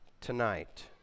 tonight